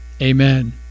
Amen